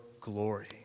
glory